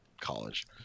college